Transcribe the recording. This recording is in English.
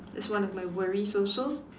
that's one of my worries also